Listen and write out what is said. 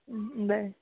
बरें